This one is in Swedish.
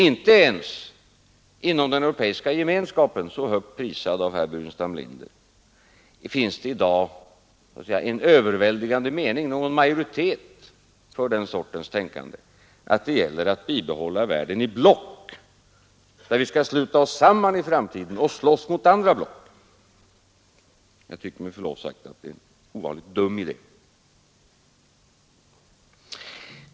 Inte ens inom den europeiska gemenskapen, så högt prisad av herr Burenstam Linder, finns i dag någon majoritet för den sortens tänkande att det nämligen gäller att bibehålla världen i block där vi skall sluta oss samman i framtiden och slåss med andra block. Jag tycker att det är en ovanligt dum idé.